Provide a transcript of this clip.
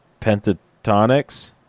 pentatonics